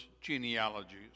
genealogies